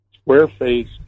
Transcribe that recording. square-faced